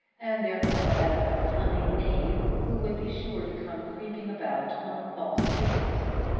and therefore as a cunning knave who would be sure to come creeping about on false pretences.